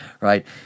right